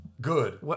good